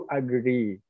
agree